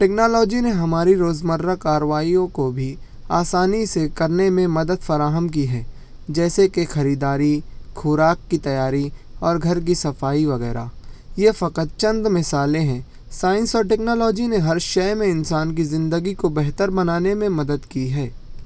technology نے ہماری روز مرہ کاروائیوں کو بھی آسانی سے کرنے میں مدد فراہم کی ہے جیسے کہ خریداری خوراک کی تیاری اور گھر کی صفیائی وغیرہ یہ فقط چند مثالیں ہیں سائنس اور ٹیکنالوجی نے ہر شئے میں انسان کی زندگی کو بہتر بنانے میں مدد کی ہے